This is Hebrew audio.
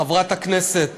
ולחברת הכנסת